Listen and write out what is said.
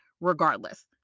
regardless